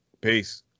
Peace